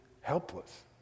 helpless